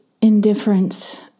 indifference